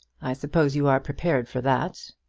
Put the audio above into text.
i suppose you are prepared for that?